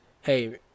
hey